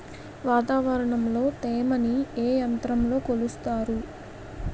వాతావరణంలో తేమని ఏ యంత్రంతో కొలుస్తారు?